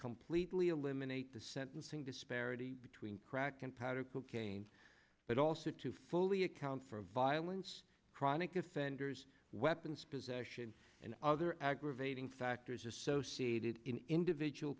completely eliminate the sentencing disparity between crack and powder cocaine but also to fully account for violence chronic offenders weapons possession and other aggravating factors associated in individual